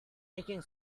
nicking